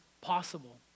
possible